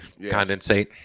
condensate